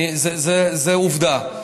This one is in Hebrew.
זו עובדה.